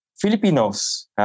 Filipinos